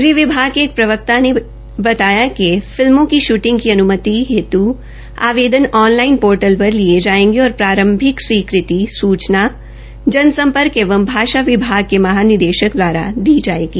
गृह विभाग के एक प्रवक्ता ने यह जानकारी देते हये बताया कि फिल्मों की शूटिंग की अन्मति हेत् आवेदन ऑनलाइन पोर्टल पर लिये जायेंगे और प्रारंभिक स्वीकृति सूचना जन सम्पर्क एवं भाषा विभाग के महानिदेशक दवारा की जायेगी